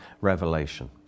revelation